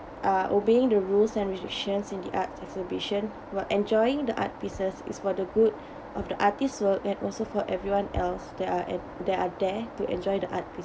uh obeying the rules and restrictions in the arts exhibition while enjoying the art pieces is for the good of the artist's work and also for everyone else that are at that are there to enjoy the art piece